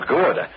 good